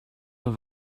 have